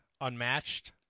unmatched